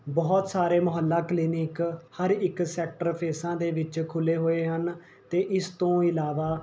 ਬਹੁਤ ਸਾਰੇ ਮੁਹੱਲਾ ਕਲੀਨਿਕ ਹਰ ਇੱਕ ਸੈਕਟਰ ਫੇਸਾਂ ਦੇ ਵਿੱਚ ਖੁੱਲ੍ਹੇ ਹੋਏ ਹਨ ਅਤੇ ਇਸ ਤੋਂ ਇਲਾਵਾ